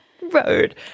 road